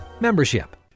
Membership